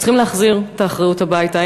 אנחנו צריכים להחזיר את האחריות הביתה.